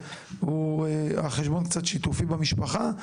אם החשבון שיתופי במשפחה,